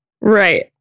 Right